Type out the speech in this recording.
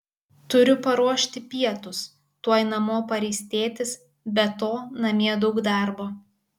turiu paruošti pietus tuoj namo pareis tėtis be to namie daug darbo